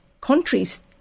countries